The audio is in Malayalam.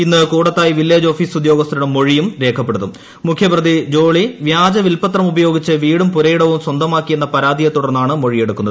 ഇന്ന് കൂടത്തായി വില്ലേജ് ഓഫീസ് ഉദ്യോഗസ്ഥരുടെ മൊഴിയും രേഖപ്പെടുത്തും മുഖ്യപ്രതി ജോളി വ്യാജ വിൽപ്പത്രം ഉപയോഗിച്ച് വീടും പുരയിടവും സ്വന്തമാക്കിയെന്ന പരാതിയെ തുടർന്നാണ് മൊഴിയെടുക്കുന്നത്